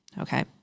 okay